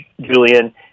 Julian